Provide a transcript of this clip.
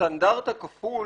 לסטנדרט הכפול